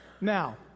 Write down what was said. Now